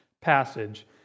passage